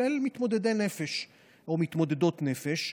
כולל מתמודדי נפש או מתמודדות נפש,